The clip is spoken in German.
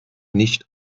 nicht